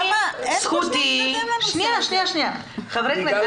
למה --- חברי הכנסת,